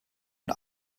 und